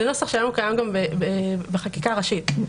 זה נוסח שקיים היום גם בחקיקה הראשית,